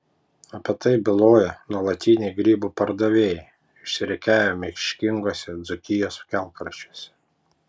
apie tai byloja nuolatiniai grybų pardavėjai išsirikiavę miškinguose dzūkijos kelkraščiuose